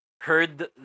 heard